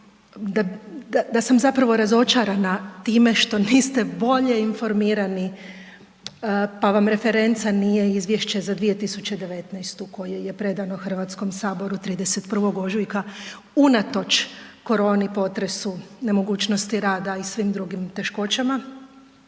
da sam zapravo razočarana time što niste bolje informirani pa vam referenca nije Izvješće za 2019. koje je predano HS-u 31. ožujka unatoč koroni, potresu, nemogućnosti rada i svim drugim teškoćama.